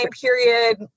period